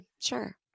sure